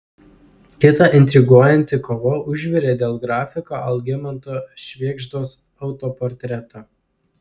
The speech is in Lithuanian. kita intriguojanti kova užvirė dėl grafiko algimanto švėgždos autoportreto